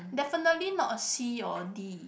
definitely not a C or a D